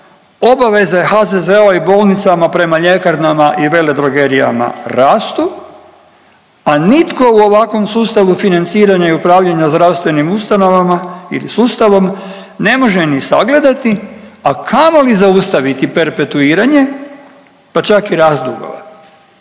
obaveze HZZO-a i bolnicama prema ljekarnama i veledrogerijama rastu, a nitko u ovakvom sustavu financiranja i upravljanja zdravstvenim ustanovama i sustavom ne može ni sagledati, a kamoli zaustaviti perpetuiranje, pa čak i rast dugova,